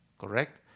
correct